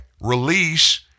release